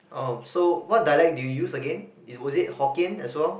orh so what dialect do you use again is was it Hokkien as well